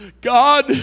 God